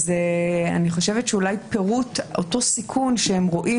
אני חושבת שאולי פירוט אותו סיכון שהם רואים,